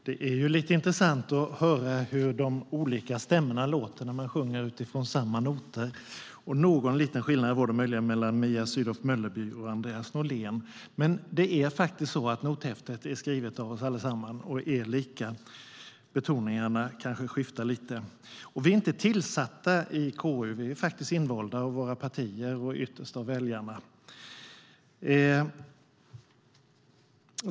Fru talman! Det är lite intressant att höra hur de olika stämmorna låter när man sjunger utifrån samma noter. Någon liten skillnad var det möjligen mellan Mia Sydow Mölleby och Andreas Norlén. Men nothäftet är faktiskt skrivet av oss allesammans. Betoningarna kanske skiftar lite, men annars är allt lika. Vi är inte tillsatta i KU, utan vi är invalda av våra partier och ytterst av väljarna.